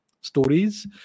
stories